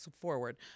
forward